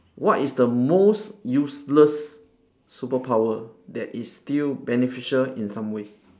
what is the most useless superpower that is still beneficial in some way